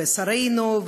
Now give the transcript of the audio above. ושרינו,